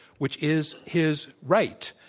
which is his right.